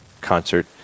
concert